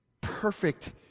perfect